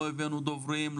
לא הבאנו דוברים,